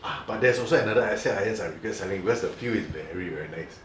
ah but there's also another set of irons I regret selling because the feel is very very nice